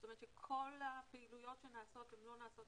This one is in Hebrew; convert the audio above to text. זאת אומרת שכל הפעילויות שנעשות הן לא נעשות